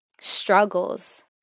struggles